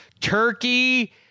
turkey